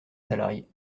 salariés